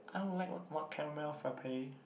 I would like one one caramel frappe